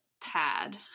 pad